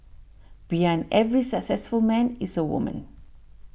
behind every successful man is a woman